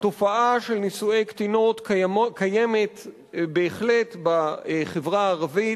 תופעה של נישואי קטינות קיימת בהחלט בחברה הערבית,